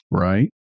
Right